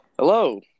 Hello